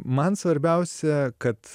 man svarbiausia kad